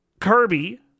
Kirby